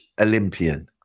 olympian